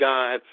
God